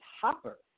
Hopper